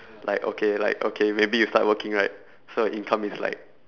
like okay like okay maybe you start working right so your income is like